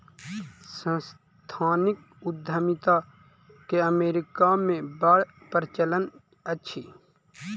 सांस्थानिक उद्यमिता के अमेरिका मे बड़ प्रचलन अछि